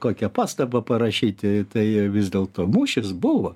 kokią pastabą parašyti tai vis dėlto mūšis buvo